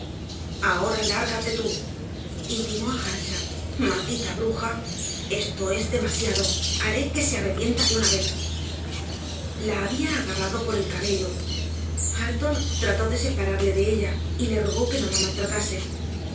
ahora lárgate tú intimó a earnshaw maldita bruja esto es demasiado haré que se arrepienta de una vez la había agarrado por el cabello hareton trató de separarle de ella y le rogó que no la maltratase